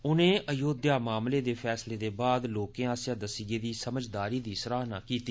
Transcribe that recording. उनें अयोध्या दे फैसले दे बाद लोकें आस्सेया दस्सी गेदी समझदारी दी सराहना कीती